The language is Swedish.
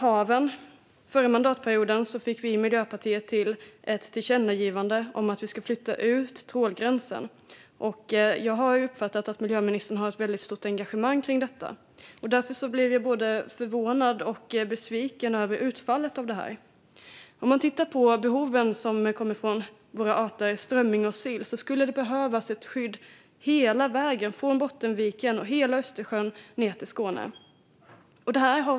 Den förra mandatperioden fick vi i Miljöpartiet till ett tillkännagivande om att vi ska flytta ut trålgränsen. Jag har uppfattat att miljöministern har ett väldigt stort engagemang kring detta, och därför blev jag både förvånad och besviken över utfallet. Om man tittar på behoven för arterna strömming och sill skulle det behövas ett skydd hela vägen från Bottenviken och hela Östersjön ned till Skåne.